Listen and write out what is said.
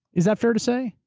is that fair to say?